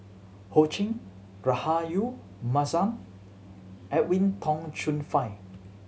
Ho Ching Rahayu Mahzam and Edwin Tong Chun Fai